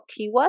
keywords